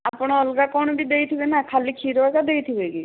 ଆପଣ ଅଲଗା କଣ ବି ଦେଇଥିବେ ନା ଖାଲି କ୍ଷୀର ଏକା ଦେଇଥିବେ କି